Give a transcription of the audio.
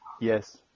Yes